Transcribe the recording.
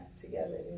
together